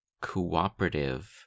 cooperative